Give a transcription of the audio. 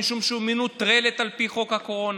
משום שהיא מנוטרלת על פי חוק הקורונה.